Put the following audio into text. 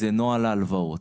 נוהל ההלוואות.